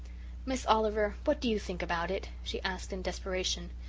miss oliver, what do you think about it? she asked in desperation.